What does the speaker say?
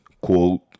quote